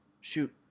Shoot